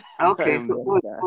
okay